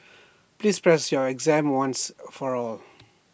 please pass your exam once and for all